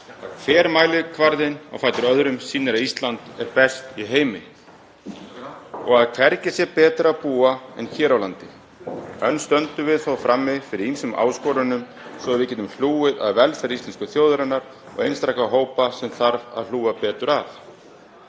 hver mælikvarðinn á fætur öðrum sýnir að Ísland sé best í heimi og að hvergi sé betra að búa en hér á landi. Enn stöndum við þó frammi fyrir ýmsum áskorunum svo að við getum hlúð að velferð íslensku þjóðarinnar og einstakra hópa sem þarf að hlúa betur að.